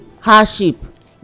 hardship